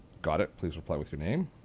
got it. please reply with your name.